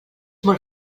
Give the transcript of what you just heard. molt